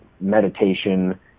meditation